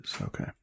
okay